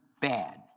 bad